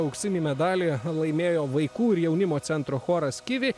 auksinį medalį laimėjo vaikų ir jaunimo centro choras kivi